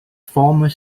former